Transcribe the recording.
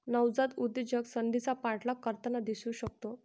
नवजात उद्योजक संधीचा पाठलाग करताना दिसू शकतो